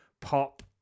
pop